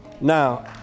Now